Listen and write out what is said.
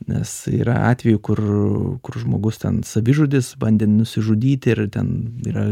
nes yra atvejų kur kur žmogus ten savižudis bandė nusižudyti ir ten yra